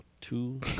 Two